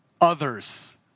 others